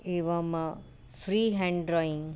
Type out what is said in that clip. एवं free hand drawing